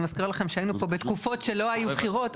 אני מזכירה לכם שהיינו פה בתקופות שלא היו בחירות,